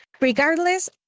regardless